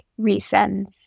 resends